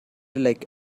like